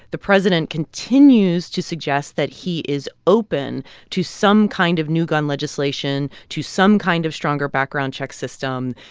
the president continues to suggest that he is open to some kind of new gun legislation, to some kind of stronger background check system.